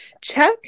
check